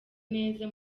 neza